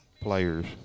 players